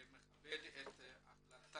אני מכבד את החלטת